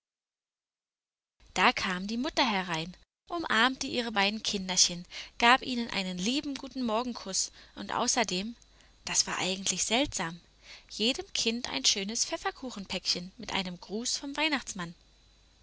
da kam die mutter herein umarmte ihre beiden kinderchen gab ihnen einen lieben gutenmorgenkuß und außerdem das war eigentlich seltsam jedem kind ein schönes pfefferkuchenpäckchen mit einem gruß vom weihnachtsmann